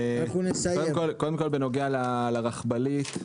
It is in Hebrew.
קודם כל בנוגע לרכבלית,